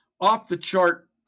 off-the-chart